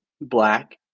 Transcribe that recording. black